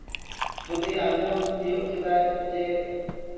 ᱡᱩᱫᱤ ᱟᱸᱡᱚᱢ ᱛᱤᱭᱳᱜ ᱠᱮᱫᱟᱭ ᱡᱮ